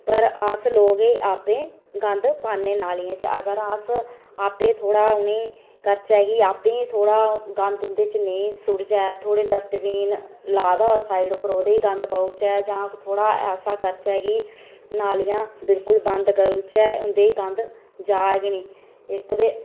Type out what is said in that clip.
पर अस लोक एह् गंद आपें पाने पानियै च अगर अस आपें थोह्ड़ा उ'नेंगी एह् करगे आपें थोह्ड़ा गंद उं'''''दे च नेईं सु'ट्टचै थोह्ड़ा डस्टबिन थोह्ड़ा लाए दा होऐ पास्सै ओह्दे च गंद पाई ओड़चै जां थोह्ड़ा ऐसा कि नालियां बिल्कुल बंद करी ओड़चै उंदे ई गंद जा गै नेईं इक्क ते